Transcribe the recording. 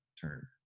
turn